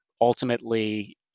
ultimately